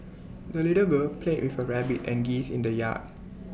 the little girl played with her rabbit and geese in the yard